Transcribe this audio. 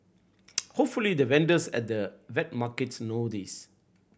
hopefully the vendors at the wet markets know this